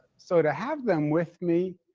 so to have them with me